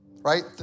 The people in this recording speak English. right